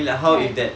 kan